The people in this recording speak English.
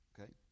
Okay